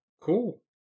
Cool